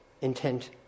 intent